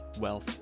wealth